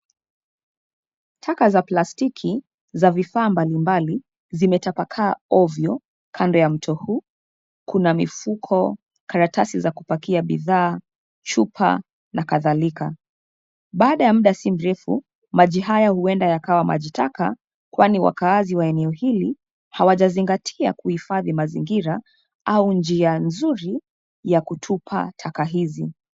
Taka za plastiki za vifaa mbalimbali zimetapakaa ovyo kando ya mto huu, kuna mifuko, karatasi za kupakia bidhaa, chupa na kadhalika. Baada ya muda si mrefu, maji haya huenda yakawa maji taka, kwani wakaazi wa eneo hili hawajazingatia kuhifadhi mazingira au njia nzuri ya kutupa taka hizi.